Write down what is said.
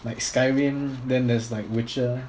like skyrim then there's like witcher